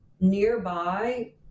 nearby